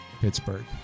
Pittsburgh